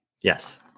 Yes